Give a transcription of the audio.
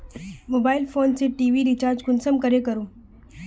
Mobile phone से TV recharge कुंसम करे करूम?